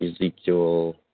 Ezekiel